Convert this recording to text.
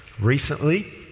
recently